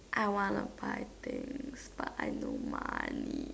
I want to buy things but I no money